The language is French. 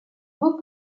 beau